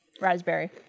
Raspberry